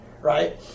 right